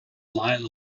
liked